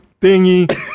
thingy